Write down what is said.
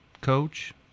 coach